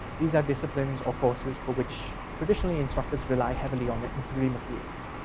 these are disciplines or courses for which traditionally instructors rely heavily on ancillary materials.